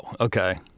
okay